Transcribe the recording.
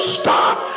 stop